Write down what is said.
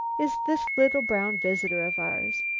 is this little brown visitor of ours.